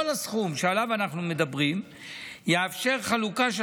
כל הסכום שעליו אנחנו מדברים יאפשר חלוקה של